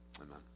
Amen